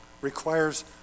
requires